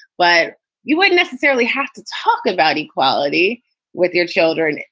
but you wouldn't necessarily have to talk about equality with your children.